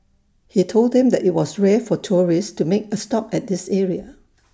he told them that IT was rare for tourists to make A stop at this area